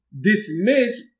dismiss